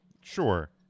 Sure